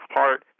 Heart